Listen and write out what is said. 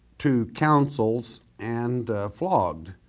to councils and flogged,